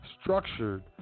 structured